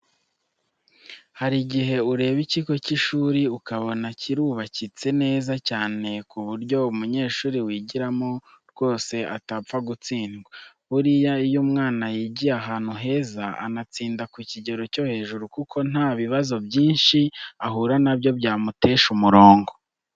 Hari igihe ureba ikigo cy'ishuri ukabona kirubakitse neza cyane ku buryo umunyeshuri wigiramo rwose atapfa gutsindwa. Buriya iyo umwana yigiye ahantu heza, anatsinda ku kigero cyo hejuru kuko nta bibazo byinshi ahura na byo byamutesha umurongo.